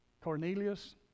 Cornelius